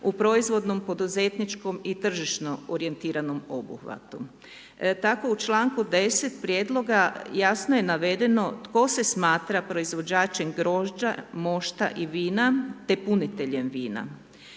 u proizvodnom, poduzetničkom i tržišnom orijentiranom poduhvatu. Tako u članku 10 prijedloga jasno je navedeno tko se smatra proizvođačem grožđa, mošta i vina te puniteljem vina.